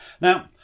Now